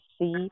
see